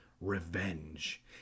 Revenge